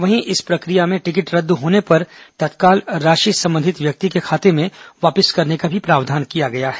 वहीं इस प्रक्रिया में टिकट रद्द होने पर तत्काल राशि संबंधित व्यक्ति के खाते में वापिस करने का भी प्रावधान किया गया है